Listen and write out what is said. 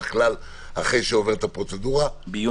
והצעת תקנות החברות (כללים בדבר